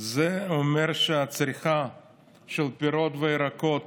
זה אומר שהצריכה של פירות וירקות